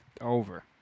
Over